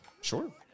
Sure